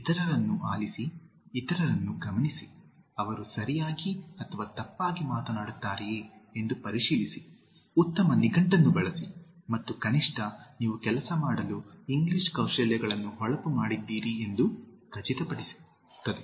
ಇತರರನ್ನು ಆಲಿಸಿ ಇತರರನ್ನು ಗಮನಿಸಿ ಅವರು ಸರಿಯಾಗಿ ಅಥವಾ ತಪ್ಪಾಗಿ ಮಾತನಾಡುತ್ತಾರೆಯೇ ಎಂದು ಪರಿಶೀಲಿಸಿ ಉತ್ತಮ ನಿಘಂಟನ್ನು ಬಳಸಿ ಮತ್ತು ಕನಿಷ್ಠ ನೀವು ಕೆಲಸ ಮಾಡಲು ಇಂಗ್ಲಿಷ್ ಕೌಶಲ್ಯಗಳನ್ನು ಹೊಳಪು ಮಾಡಿದ್ದೀರಿ ಎಂದು ಖಚಿತಪಡಿಸುತ್ತದೆ